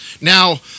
Now